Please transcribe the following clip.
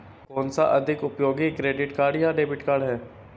कौनसा अधिक उपयोगी क्रेडिट कार्ड या डेबिट कार्ड है?